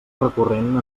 recurrent